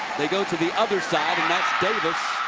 they go to the other side. and that's davis.